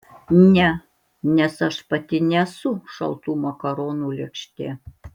ne nes aš pati nesu šaltų makaronų lėkštė